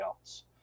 else